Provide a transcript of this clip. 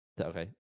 Okay